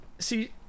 See